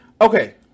Okay